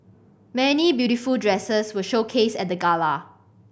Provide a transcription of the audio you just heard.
many beautiful dresses were showcased at the gala